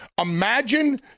Imagine